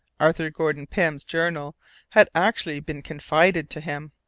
arthur gordon pym's journal had actually been confided to him!